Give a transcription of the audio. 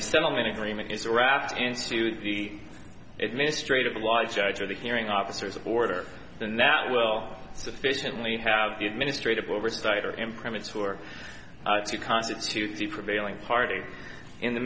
the settlement agreement is wrapped into the administrative law judge or the hearing officers order then that will sufficiently have the administrative oversight or imprints who are to constitute the prevailing party in the